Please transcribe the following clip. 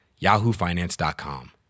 yahoofinance.com